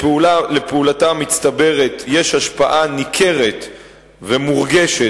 לפעולתה המצטברת יש השפעה ניכרת ומורגשת